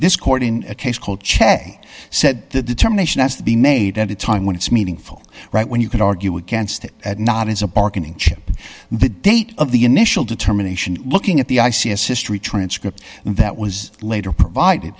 this court in a case called chad i said the determination has to be made at a time when it's meaningful right when you can argue against it not as a bargaining chip the date of the initial determination looking at the i c s history transcript that was later provided